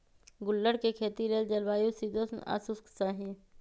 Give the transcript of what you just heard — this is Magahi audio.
गुल्लर कें खेती लेल जलवायु शीतोष्ण आ शुष्क चाहि